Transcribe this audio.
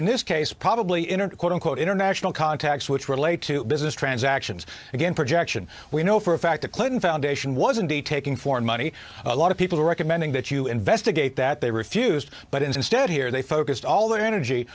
in this case probably internet quote unquote international contacts which relate to business transactions again projection we know for a fact the clinton foundation was indeed taking foreign money a lot of people are recommending that you investigate that they refused but instead here they focused all their energy